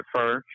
first